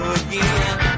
again